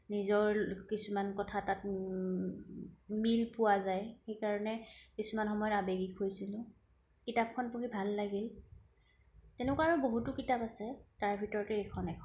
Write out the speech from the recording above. নিজৰ কিছুমান কথা তাত মিল পোৱা যায় সেইকাৰণে কিছুমান সময়ত আৱেগিক হৈছিলো কিতাপখন পঢ়ি ভাল লাগিল তেনেকুৱা আৰু বহুতো কিতাপ আছে তাৰ ভিতৰতে এইখন এখন